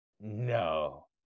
no